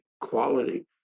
quality